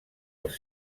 als